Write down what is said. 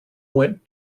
went